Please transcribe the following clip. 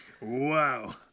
Wow